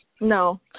No